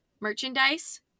merchandise